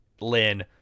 Lynn